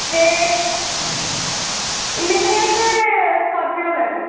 ते नेई असें स्कार्पियो लैनी